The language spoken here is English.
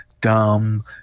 dumb